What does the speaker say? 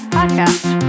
Podcast